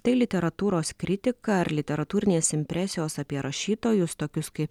tai literatūros kritika ar literatūrinės impresijos apie rašytojus tokius kaip